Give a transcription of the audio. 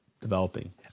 developing